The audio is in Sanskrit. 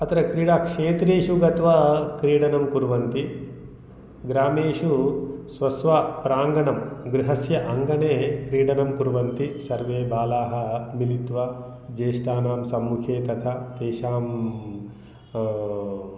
अत्र क्रीडाक्षेत्रेषु गत्वा क्रीडनं कुर्वन्ति ग्रामेषु स्वस्व प्राङ्गणं गृहस्य अङ्गने क्रीडनं कुर्वन्ति सर्वे बालाः मिलित्वा ज्येष्टानां समूहे तथा तेषां